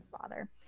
father